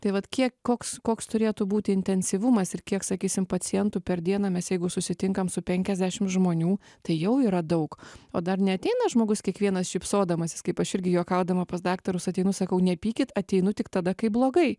tai vat kiek koks koks turėtų būti intensyvumas ir kiek sakysim pacientų per dieną mes jeigu susitinkam su penkiasdešim žmonių tai jau yra daug o dar neateina žmogus kiekvienas šypsodamasis kaip aš irgi juokaudama pas daktarus ateinu sakau nepykit ateinu tik tada kai blogai